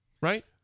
right